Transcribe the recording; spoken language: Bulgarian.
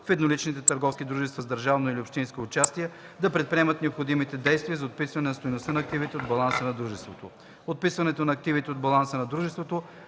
в едноличните търговски дружества с държавно или общинско участие да предприемат необходимите действия за отписване стойността на активите от баланса на дружеството. Отписването на активите от баланса на дружеството